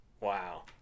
wow